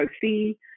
see